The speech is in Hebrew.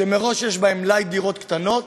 שמראש יש בהן מלאי דירות קטנות,